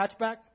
Hatchback